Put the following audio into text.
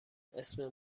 اسم